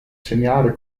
segnalare